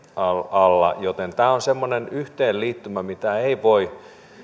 alla joten tämä on semmoinen yhteenliittymä että niitä ei voi